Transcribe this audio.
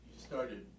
started